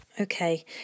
Okay